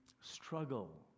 struggle